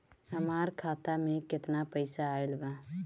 हमार खाता मे केतना पईसा आइल बा?